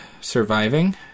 surviving